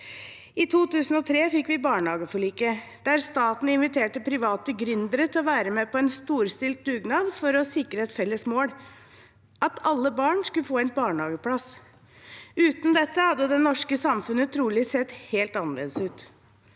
I 2003 fikk vi barnehageforliket, der staten inviterte private gründere til å være med på en storstilt dugnad for å sikre et felles mål: Alle barn skulle få en barnehageplass. Uten dette hadde det norske samfunnet trolig sett helt annerledes ut.